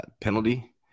penalty